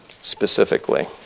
specifically